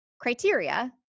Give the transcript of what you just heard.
criteria